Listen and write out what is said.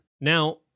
now